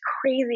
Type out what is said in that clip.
crazy